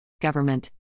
Government